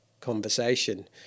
conversation